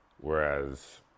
whereas